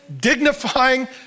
dignifying